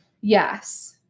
Yes